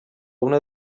una